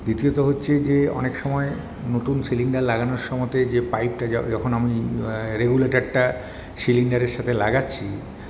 দ্বিতীয়ত হচ্ছে যে অনেক সময় নতুন সিলিন্ডার লাগানোর সময়তে যে পাইপটা যখন আমি রেগুলেটরটা সিলিন্ডারের সাথে লাগাচ্ছি